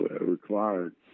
required